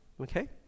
okay